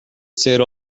ser